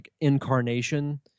incarnation